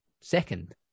second